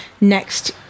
next